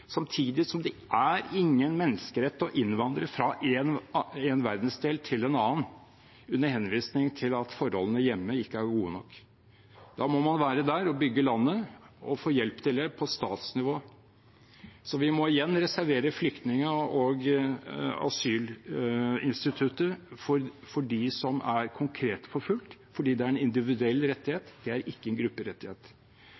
Samtidig er det ingen menneskerett å innvandre fra én verdensdel til en annen under henvisning til at forholdene hjemme ikke er gode nok. Da må man være der og bygge landet og få hjelp til det på statsnivå. Vi må igjen reservere asylinstituttet for dem som er konkret forfulgt, for det er en individuell rettighet,